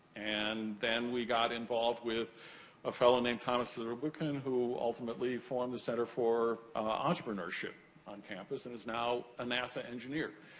and then we got involved with a fellow named thomas zurbuchen, who ultimately formed the center for entrepreneurship on campus, and now a nasa engineer.